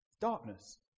Darkness